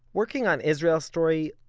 working on israel story,